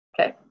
okay